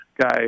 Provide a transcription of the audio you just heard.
guy